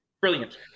Brilliant